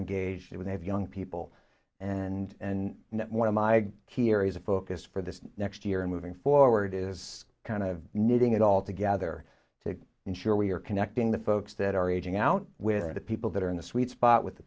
engaged when they have young people and and one of my key areas of focus for this next year and moving forward is kind of knitting it all together to ensure we are connecting the folks that are aging out with the people that are in the sweet spot with the